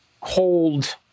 hold